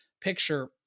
picture